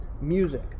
Music